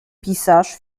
pisarz